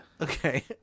Okay